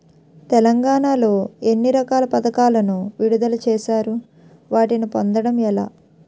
తెలంగాణ లో ఎన్ని రకాల పథకాలను విడుదల చేశారు? వాటిని పొందడం ఎలా?